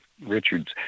Richard's